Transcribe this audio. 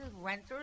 renters